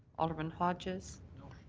alderman hodges.